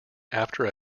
after